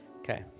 okay